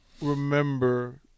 remember